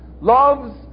loves